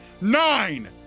Nine